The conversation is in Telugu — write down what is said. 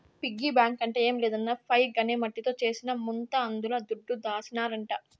పిగ్గీ బాంక్ అంటే ఏం లేదన్నా పైగ్ అనే మట్టితో చేసిన ముంత అందుల దుడ్డు దాసినారంట